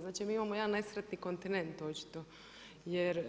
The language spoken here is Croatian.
Znači mi imamo jedan nesretan kontinent očito, jer